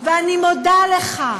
ואני מודה לך,